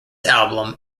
album